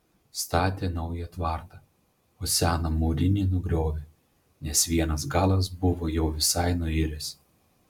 statė naują tvartą o seną mūrinį nugriovė nes vienas galas buvo jau visai nuiręs